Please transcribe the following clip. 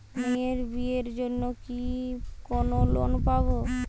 মেয়ের বিয়ের জন্য কি কোন লোন পাব?